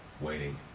waiting